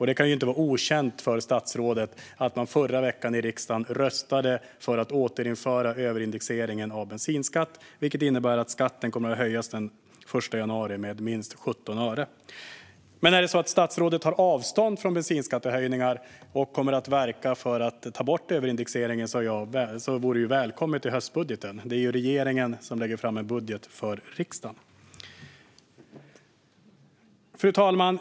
Det kan inte vara okänt för statsrådet att man i riksdagen förra veckan röstade för att återinföra överindexeringen av bensinskatten, vilket innebär att skatten kommer att höjas den 1 januari med minst 17 öre. Är det så att statsrådet tar avstånd från bensinskattehöjningar och kommer att verka för att ta bort överindexeringen vore det dock välkommet i höstbudgeten. Det är ju regeringen som lägger fram en budget i riksdagen. Fru talman!